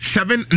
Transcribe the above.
Seven